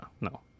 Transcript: no